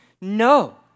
No